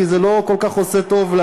כי זה לא כל כך עושה טוב.